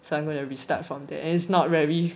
so I'm going to restart from there and it's not very